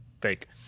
Fake